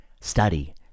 study